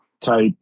type